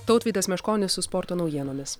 tautvydas meškonis su sporto naujienomis